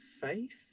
faith